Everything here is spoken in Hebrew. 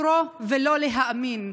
לקרוא ולא להאמין.